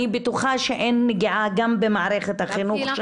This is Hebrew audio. אני בטוחה שאין נגיעה גם במערכת החינוך שם.